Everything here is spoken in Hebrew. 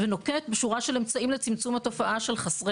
ונוקט בשורה של אמצעים לצמצום התופעה של חסרי